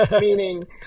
Meaning